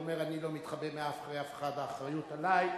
הוא אומר: אני לא מתחבא מאחורי אף אחד והאחריות עלי,